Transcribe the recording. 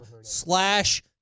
slash